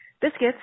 biscuits